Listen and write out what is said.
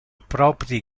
propri